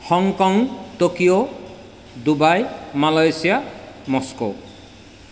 Hong Kong Tokyo Dubai Malaysia Moscow